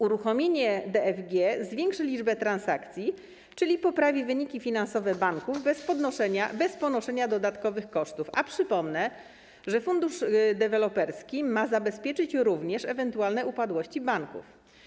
Uruchomienie DFG zwiększy liczbę transakcji, czyli poprawi wyniki finansowe banków bez ponoszenia dodatkowych kosztów, a przypomnę, że fundusz deweloperski ma zabezpieczyć również ewentualne upadłości banków.